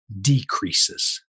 decreases